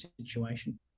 situation